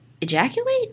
ejaculate